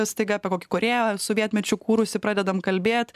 staiga apie kokį kūrėją sovietmečiu kūrusį pradedam kalbėt